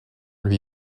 lui